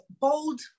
bold